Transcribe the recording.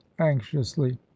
anxiously